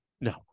No